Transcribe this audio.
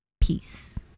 Peace